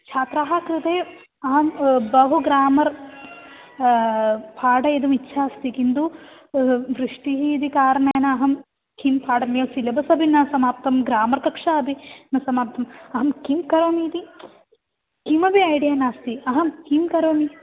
छात्राणां कृते अहं बहु ग्रामर् पाठयितुम् इच्छा अस्ति किन्तु वृष्टिः इति कारणेन अहं किं पाठनीयं सिलेबस् अपि न समाप्तं ग्रामर् कक्षा अपि न समाप्ता अहं किं करोमि इति किमपि ऐडिया नास्ति अहं किं करोमि